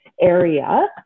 area